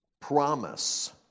promise